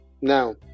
Now